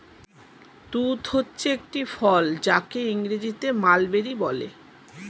তুঁত হচ্ছে একটি ফল যাকে ইংরেজিতে মালবেরি বলে